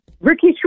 Ricky